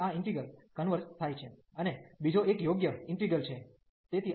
તેથી આ integral converge થાય છે અને બીજો એક યોગ્ય ઈન્ટિગ્રલ છે